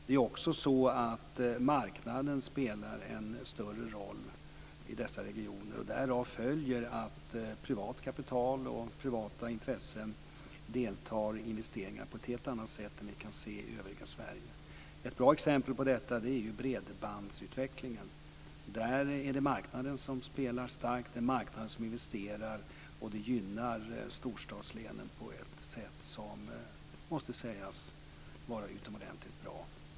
Det är också så att marknaden spelar en större roll i dessa regioner, och därav följer att privat kapital och privata intressen deltar i investeringar på ett helt annat sätt än vi kan se i övriga Sverige. Ett bra exempel på detta är bredbandsutvecklingen. På det området är det marknaden som spelar starkt, det är marknaden som investerar, och det gynnar storstadslänen på ett sätt som måste sägas vara utomordentligt bra.